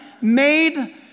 made